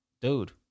dude